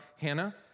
Hannah